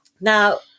Now